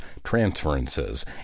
transferences